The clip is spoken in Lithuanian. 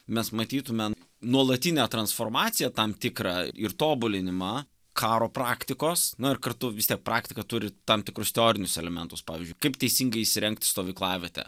mes matytume nuolatinę transformaciją tam tikrą ir tobulinimą karo praktikos na ir kartu vis tiek praktika turi tam tikrus teorinius elementus pavyzdžiui kaip teisingai įsirengt stovyklavietę